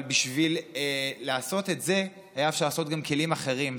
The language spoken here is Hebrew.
אבל בשביל לעשות את זה היה אפשר לעשות גם כלים אחרים,